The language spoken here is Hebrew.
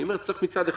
אני אומר שמצד אחד,